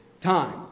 time